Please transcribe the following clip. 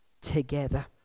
together